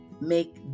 make